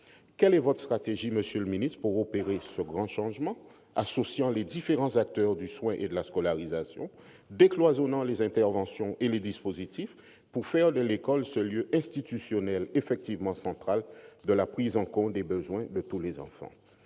quelle est votre stratégie pour opérer ce grand changement, associant les différents acteurs du soin et de la scolarisation et décloisonnant les interventions et les dispositifs, pour faire de l'école ce lieu institutionnel effectivement central de la prise en compte des besoins de tous les enfants ?